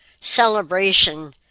celebration